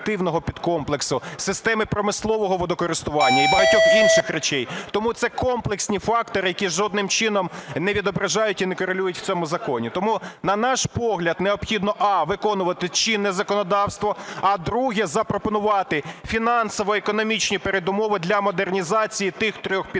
системи промислового водокористування і багатьох інших речей. Тому це комплексні фактори, які жодним чином не відображають і не корелюють у цьому законі. Тому, на наш погляд, необхідно: а) виконувати чинне законодавство, а друге – запропонувати фінансово-економічні передумови для модернізації тих трьох підсистем